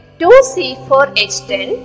2C4H10